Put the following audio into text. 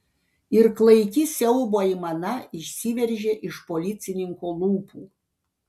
ir klaiki siaubo aimana išsiveržė iš policininko lūpų